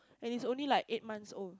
and it's only like eight months old